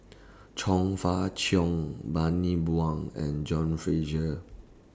Chong Fah Cheong Bani Buang and John Fraser